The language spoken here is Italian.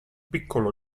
piccolo